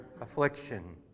affliction